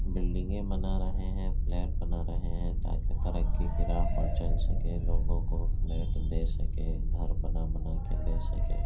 بلڈنگیں بنا رہے ہیں فلیٹ بنا رہے ہیں تاکہ ترقی کی راہ پر چل سکیں لوگوں کو فلیٹ دے سکیں گھر بنا بنا کے دے سکیں